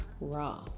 raw